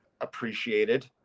appreciated